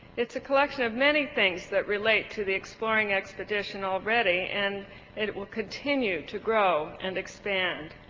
it's a collection of many things that relate to the exploring expedition already and it will continue to grow and expand.